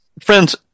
friends